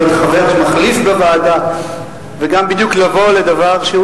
חבר שמחליף בוועדה וגם בדיוק לבוא לדבר שהוא,